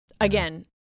again